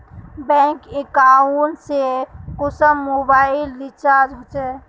Bank account से कुंसम mobile recharge होचे?